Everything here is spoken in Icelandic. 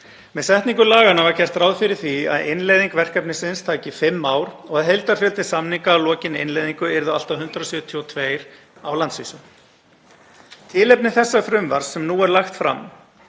Með setningu laganna var gert ráð fyrir því að innleiðing verkefnisins tæki fimm ár og að heildarfjöldi samninga að lokinni innleiðingu yrði allt að 172 á landsvísu. Tilefni þessa frumvarps, sem nú er lagt fram,